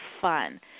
fun